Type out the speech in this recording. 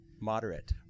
moderate